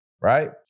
right